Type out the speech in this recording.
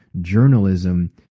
journalism